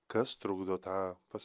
kas trukdo tą pas